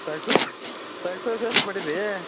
first ವರ್ಷ first ವರ್ಷ ಅಷ್ಟು ಮಾಡಿರಿ